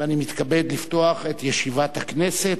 ואני מתכבד לפתוח את ישיבת הכנסת.